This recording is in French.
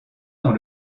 dans